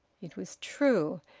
it was true.